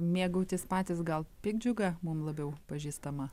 mėgautis patys gal piktdžiuga mums labiau pažįstama